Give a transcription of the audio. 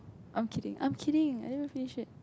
I'm kidding I'm kidding I haven't finish yet